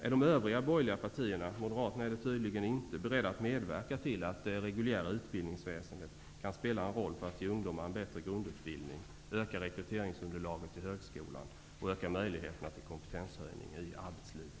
Är de övriga borgerliga partierna -- moderaterna är det tydligen inte -- beredda att medverka till att det reguljära utbildningsväsendet kan spela en roll för att ge ungdomar en bättre grundutbildning, öka rekryteringsunderlaget till högskolan och öka möjligheterna till kompetenshöjning i arbetslivet?